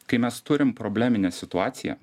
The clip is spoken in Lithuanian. kai mes turim probleminę situaciją